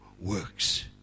works